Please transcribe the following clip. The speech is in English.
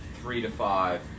three-to-five